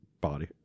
Body